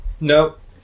Nope